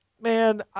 Man